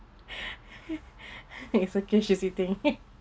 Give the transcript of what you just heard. it's okay she see thing